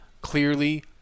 clearly